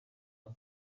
aka